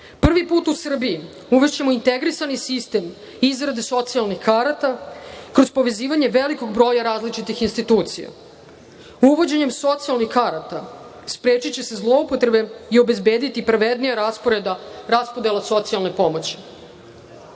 put u Srbiji uvešćemo integrisani sistem izrade socijalnih karata, kroz povezivanje velikog broja različitih institucija. Uvođenjem socijalnih karata sprečiće se zloupotrebe i obezbediti pravednija raspodela socijalne